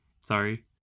sorry